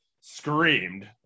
screamed